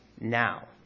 now